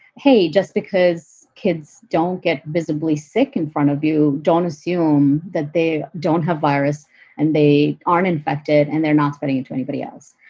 hey, just because kids don't get visibly sick in front of you, don't assume that they don't have virus and they aren't infected and they're not putting it and to anybody else.